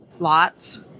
lots